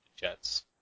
Jets